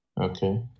okay